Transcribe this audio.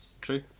true